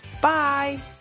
Bye